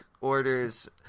orders